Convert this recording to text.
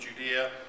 Judea